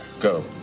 go